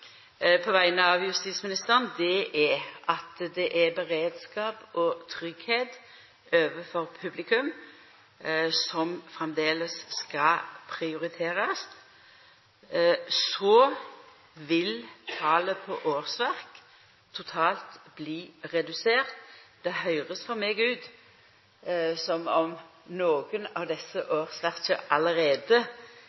på vegner av justisministeren, er at beredskap og tryggleik overfor publikum framleis skal prioriterast. Så vil talet på årsverk totalt bli redusert. Det høyrest for meg ut som om nokre av desse